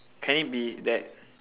can it be that